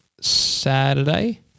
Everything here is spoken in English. Saturday